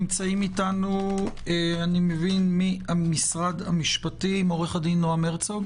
נמצאים אתנו ממשרד המשפטים עו"ד נעם הרצוג